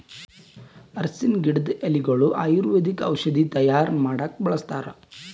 ಅರ್ಷಿಣ್ ಗಿಡದ್ ಎಲಿಗೊಳು ಆಯುರ್ವೇದಿಕ್ ಔಷಧಿ ತೈಯಾರ್ ಮಾಡಕ್ಕ್ ಬಳಸ್ತಾರ್